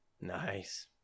nice